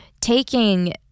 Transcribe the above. taking